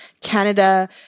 Canada